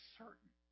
certain